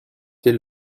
dès